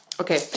Okay